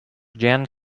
jan